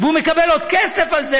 והוא עוד מקבל כסף על זה,